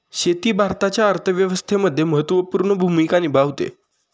शेती भारताच्या अर्थव्यवस्थेमध्ये महत्त्वपूर्ण भूमिका निभावते